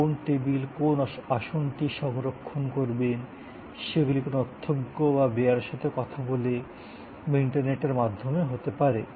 কোন টেবিল কোন আসনটি সংরক্ষণ করবেন সেগুলি কোনও অধ্যক্ষ বা বেয়ারার সাথে কথা বলে বা ইন্টারনেটের মাধ্যমে হতে পারে